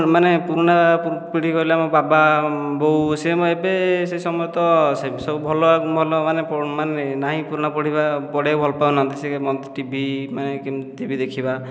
ମାନେ ପୁରୁଣା ପିଢ଼ି କହିଲେ ଆମ ବାବା ବୋଉ ସେମାନେ ଏବେ ସେ ସମୟ ତ ସେ ବି ସବୁ ଭଲ ଭଲ ମାନେ ନାହିଁ ପୁରାଣ ପଢ଼ିବା ପଢ଼ିବାକୁ ଭଲ ପାଉ ନାହାନ୍ତି ସେ ଟିଭି ମାନେ କେମିତି ଟିଭି ଦେଖିବା